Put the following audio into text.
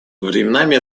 временами